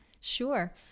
sure